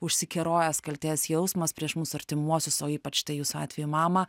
užsikerojęs kaltės jausmas prieš mūsų artimuosius o ypač tai jūsų atveju mamą